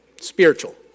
spiritual